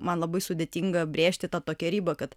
man labai sudėtinga brėžti tą tokią ribą kad